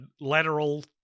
lateral